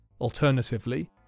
Alternatively